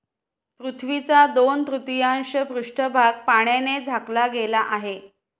पृथ्वीचा दोन तृतीयांश पृष्ठभाग पाण्याने झाकला गेला आहे